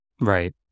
Right